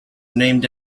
named